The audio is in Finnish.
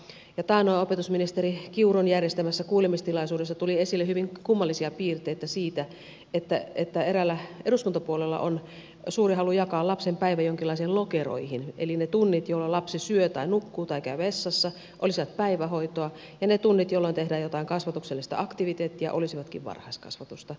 taannoin opetusministeri kiurun järjestämässä kuulemistilaisuudessa tuli esille hyvin kummallisia piirteitä siitä että eräällä eduskuntapuolueella on suuri halu jakaa lapsen päivä jonkinlaisiin lokeroihin eli ne tunnit jolloin lapsi syö nukkuu tai käy vessassa olisivat päivähoitoa ja ne tunnit jolloin tehdään jotain kasvatuksellista aktiviteettia olisivatkin varhaiskasvatusta